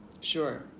Sure